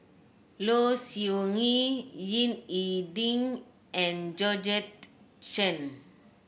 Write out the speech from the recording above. Low Siew Nghee Ying E Ding and Georgette Chen